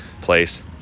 place